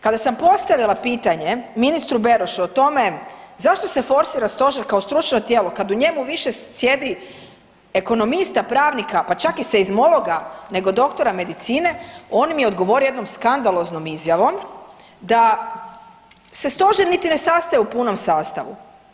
Kada sam postavila pitanje ministru Berošu o tome zašto se forsira Stožer kao stručno tijelo kad u njemu više sjedi ekonomista, pravnika, pa čak i seizmologa, nego doktora medicine, on mi je odgovorio jednom skandaloznom izjavom da se Stožer niti ne sastaje u punom sastavu.